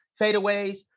fadeaways